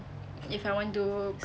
if I want to